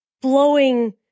blowing